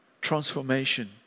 transformation